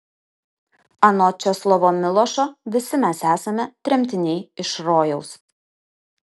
anot česlovo milošo visi mes esame tremtiniai iš rojaus